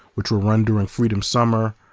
which were run during freedom summer,